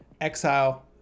exile